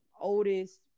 oldest